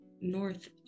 north